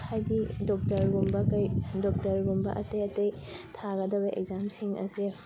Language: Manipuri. ꯍꯥꯏꯗꯤ ꯗꯣꯛꯇꯔꯒꯨꯝꯕ ꯀꯩ ꯗꯣꯛꯇꯔꯒꯨꯝꯕ ꯑꯇꯩ ꯑꯇꯩ ꯊꯥꯒꯗꯕ ꯑꯦꯛꯖꯥꯝꯁꯤꯡ ꯑꯁꯤ